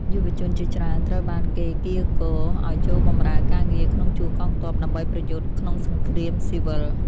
យុវជនជាច្រើនត្រូវបានគេកៀរគរឲ្យចូលបម្រើការងារក្នុងជួរកងទ័ពដើម្បីប្រយុទ្ធក្នុងសង្គ្រាមស៊ីវិល។